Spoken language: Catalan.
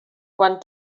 quan